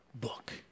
book